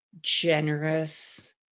generous